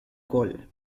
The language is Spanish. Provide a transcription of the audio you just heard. cole